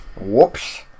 whoops